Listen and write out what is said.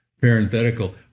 parenthetical